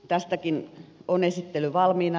tästäkin on esittely valmiina